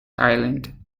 island